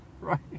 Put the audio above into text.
Right